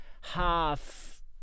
half